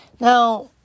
Now